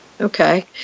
okay